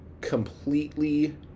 completely